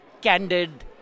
candid